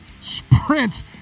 sprint